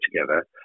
together